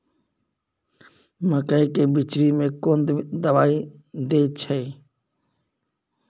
मकई के बिचरी में कोन दवाई दे छै?